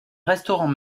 restaurants